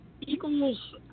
Eagles